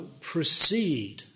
proceed